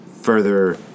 further